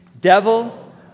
Devil